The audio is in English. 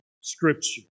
Scripture